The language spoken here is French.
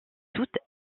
toutes